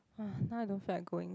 !wah! now I don't feel like going